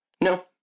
No